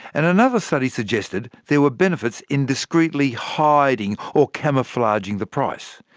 and another study suggested there were benefits in discreetly hiding or camouflaging the price.